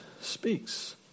speaks